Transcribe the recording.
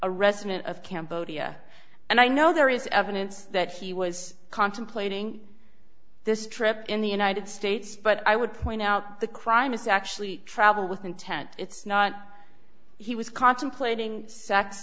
a resident of cambodia and i know there is evidence that he was contemplating this trip in the united states but i would point out the crime is actually travel with intent it's not he was contemplating sex